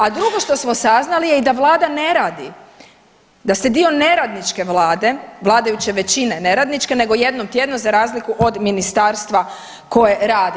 A drugo što smo saznali i da Vlada ne radi, da se dio neradničke Vlade, vladajuće većine neradničke nego jednom tjedno za razliku od ministarstva koje radi.